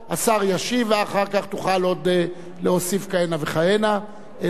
ואחר כך תוכל עוד להוסיף כהנה וכהנה שאלות נוספות.